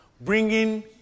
bringing